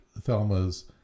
thelma's